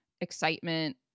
excitement